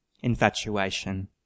infatuation